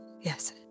yes